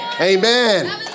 Amen